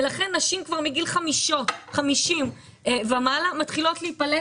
ולכן נשים כבר מגיל 50 ומעלה מתחילות להיפלט